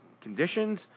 conditions